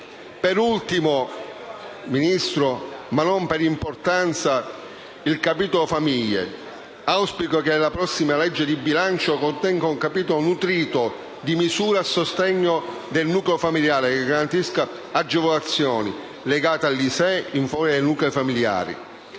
Per ultimo, ma non per importanza, cito il capitolo relativo alla famiglia. Auspico che la prossima legge di bilancio contenga un capitolo nutrito di misure a sostegno del nucleo familiare, che garantisca agevolazioni, legati all'ISEE, in favore dei nuclei familiari,